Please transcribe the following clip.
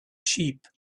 sheep